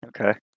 Okay